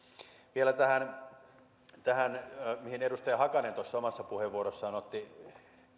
vielä tähän tähän minkä edustaja hakanen omassa puheenvuorossaan otti